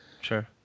Sure